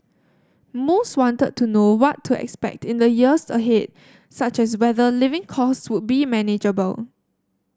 most wanted to know what to expect in the years ahead such as whether living costs would be manageable